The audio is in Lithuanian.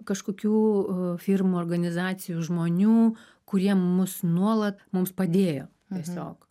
kažkokių firmų organizacijų žmonių kurie mus nuolat mums padėjo tiesiog